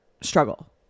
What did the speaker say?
struggle